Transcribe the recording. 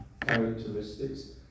characteristics